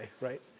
right